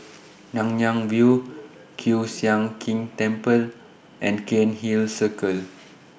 Nanyang View Kiew Sian King Temple and Cairnhill Circle